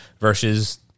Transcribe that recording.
versus